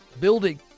building